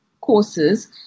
courses